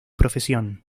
profesión